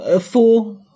four